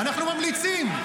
אנחנו ממליצים.